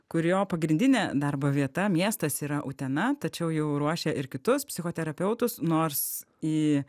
kurio pagrindinė darbo vieta miestas yra utena tačiau jau ruošia ir kitus psichoterapeutus nors į